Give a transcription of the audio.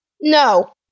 no